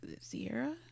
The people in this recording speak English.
Sierra